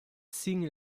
signe